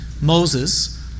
Moses